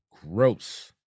gross